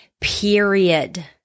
period